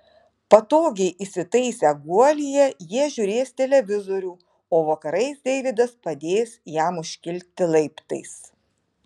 patogiai įsitaisę guolyje jie žiūrės televizorių o vakarais deividas padės jam užkilti laiptais